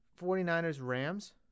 49ers-Rams